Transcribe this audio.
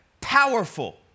powerful